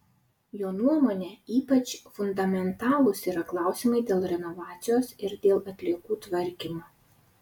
jo nuomone ypač fundamentalūs yra klausimai dėl renovacijos ir dėl atliekų tvarkymo